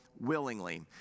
willingly